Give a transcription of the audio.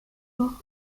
fort